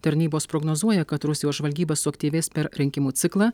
tarnybos prognozuoja kad rusijos žvalgyba suaktyvės per rinkimų ciklą